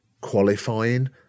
qualifying